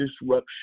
disruption